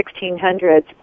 1600s